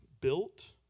built